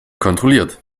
kontrolliert